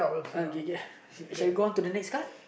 uh okay kay kay shall I go on to the next card